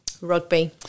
Rugby